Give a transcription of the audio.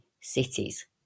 cities